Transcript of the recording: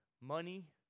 money